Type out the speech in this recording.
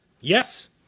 Yes